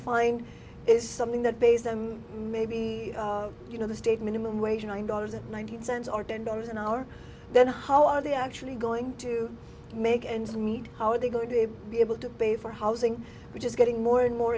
find is something that pays them maybe you know the state minimum wage or nine dollars ninety eight cents or ten dollars an hour then how are they actually going to make ends meet how are they going to be able to pay for housing which is getting more and more